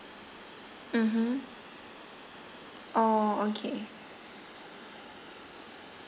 mmhmm orh okay